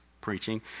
preaching